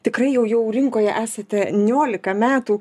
tikrai jau jau rinkoje esate niolika metų